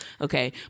Okay